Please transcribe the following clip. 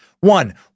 One